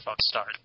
start